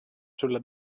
sulla